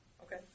Okay